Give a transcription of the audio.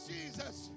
Jesus